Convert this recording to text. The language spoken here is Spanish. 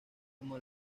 como